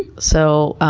so,